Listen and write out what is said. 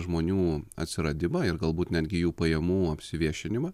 žmonių atsiradimą ir galbūt netgi jų pajamų apsiviešinimą